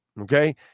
okay